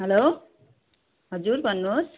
hello हजुर भन्नुहोस्